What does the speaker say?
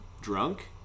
drunk